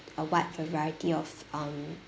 a wide variety of um